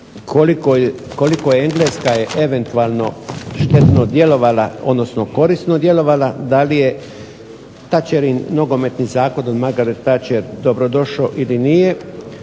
koliko Engleska je eventualno štetno djelovala, odnosno korisno djelovala, da li je Thatcherin nogometni zakon, od Margaret Thatcher, dobrodošao ili nije.